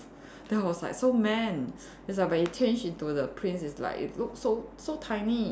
then I was like so man is like but he change into the prince it's like it look so so tiny